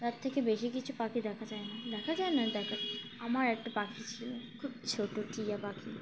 তার থেকে বেশি কিছু পাখি দেখা যায় না দেখা যায় না দেখা আমার একটা পাখি ছিল খুব ছোটো টিয়া পাখি